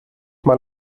mal